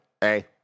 hey